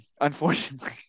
unfortunately